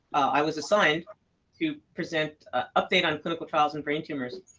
i was assigned to present an update on clinical trials and brain tumors.